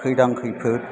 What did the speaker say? खैदां खैफोद